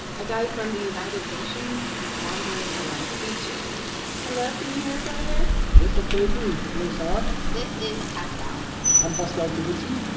a guy from the united nations was wandering around the beaches hello. can you hear us over there? yes, absolutely. hello, sarah this is pascal and pascal peduzzi.